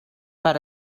per